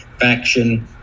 faction